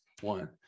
One